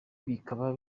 bikaba